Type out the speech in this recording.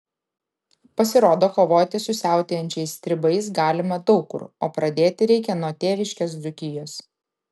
pasirodo kovoti su siautėjančiais stribais galima daug kur o pradėti reikia nuo tėviškės dzūkijos